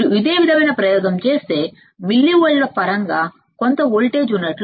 ఎందుకంటే నేను దీనిని గ్రౌండ్ చేసాను ఇన్పుట్ వద్ద వోల్టేజ్ లేదు అవుట్పుట్ వద్ద వోల్టేజ్ సున్నా ఉండాలి